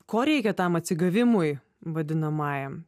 ko reikia tam atsigavimui vadinamajam